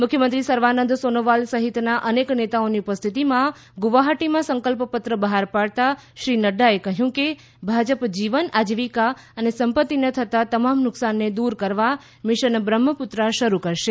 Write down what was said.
મુખ્યમંત્રી સર્વાનંદ સોનોવાલ સહિતના અનેક નેતાઓની ઉપસ્થિતિમાં ગુવાહાટીમાં સંકલ્પ પત્ર બહાર પાડતાં શ્રી નઙાએ કહ્યું કે ભાજપ જીવન આજીવિકા અને સંપત્તિને થતા તમામ નુકસાનને દ્વર કરવા મિશન બ્રહ્મપુત્રા શરૂ કરશે